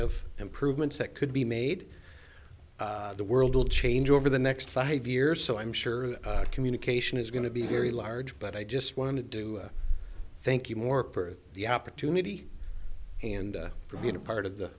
of improvements that could be made the world will change over the next five years so i'm sure the communication is going to be very large but i just want to do thank you more for the opportunity and for being a part of the